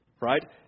right